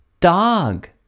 Dog